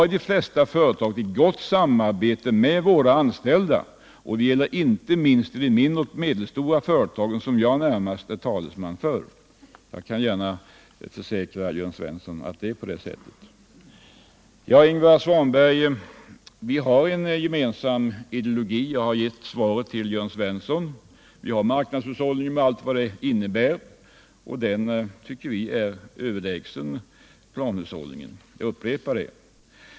I de flesta företag har vi ett gott samarbete med våra anställda. Detta gäller inte minst de mindre och medelstora företagen, som jag närmast är talesman för. Jag Kan försäkra Jörn Svensson att det är på det sättet. Till Ingvar Svanberg vill jug Säga att vi borgerliga har en gemensam ideologi. Jag har sagt det i min replik tilt Jörn Svensson. Vi har marknadshushållningen, och den tycker vi är vida överlägsen planhushållningen. Jag upprepar det.